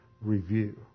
Review